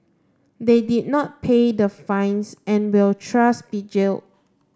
they did not pay the fines and will trust be jailed